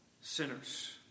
sinners